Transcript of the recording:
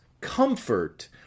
comfort